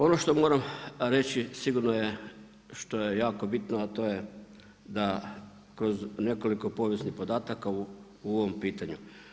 Ono što moram reći sigurno je što je jako bitno, a to je kroz nekoliko povijesnih podataka u ovom pitanju.